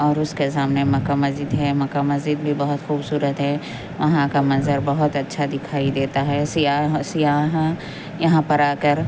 اور اس کے سامنے مکہ مسجد ہے مکہ مسجد بھی بہت خوبصورت ہے وہاں کا منظر بہت اچھا دکھائی دیتا ہے سیاح سیاحاں یہاں پر آ کر